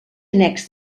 annex